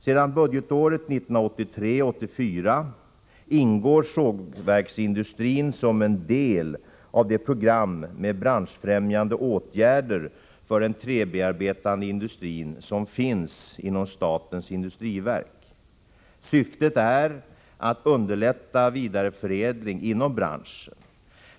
Sedan budgetåret 1983/84 ingår sågverksindustrin som en del av det program med branschfrämjande åtgärder för den träbearbetande industrin som finns inom statens industriverk. Syftet är att underlätta vidareförädling inom branschen.